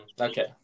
okay